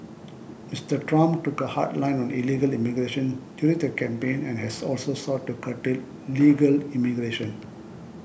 Mister Trump took a hard line on illegal immigration during the campaign and has also sought to curtail legal immigration